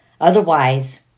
Otherwise